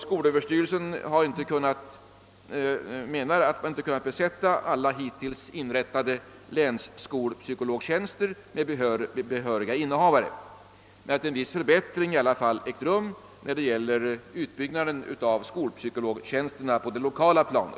Skolöverstyrelsen framhåller att man inte kunnat besätta alla hittills inrättade länsskolpsykologtjänster med behöriga innehavare men att en viss förbättring i alla fall ägt rum när det gäller utbyggnaden av skolpsykologtjänsterna på det lokala planet.